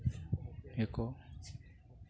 ᱤᱭᱟᱹ ᱠᱚ